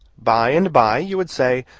by and by you would say,